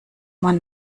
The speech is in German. man